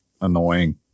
annoying